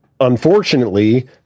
unfortunately